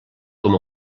com